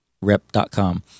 rep.com